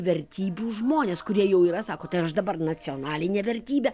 vertybių žmonės kurie jau yra sako tai ar aš dabar nacionalinė vertybė